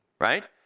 right